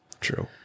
true